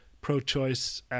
pro-choice